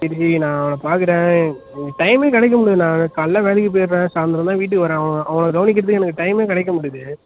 சரி சரி நான் அவனை பார்க்குறேன் டைம் கிடைக்க மாட்டிக்கிது நான் காலையில் வேலைக்கு போயிடுறேன் சாய்ந்திரந்தான் வீட்டுக்கு வரேன் அ அவனை கவனிக்கிறதுக்கு எனக்கு டைம் கிடைக்க மாட்டுது